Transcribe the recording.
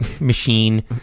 machine